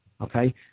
okay